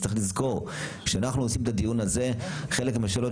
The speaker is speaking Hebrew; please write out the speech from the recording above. צריך לזכור כשאנחנו עושים את הדיון הזה חלק מהשאלות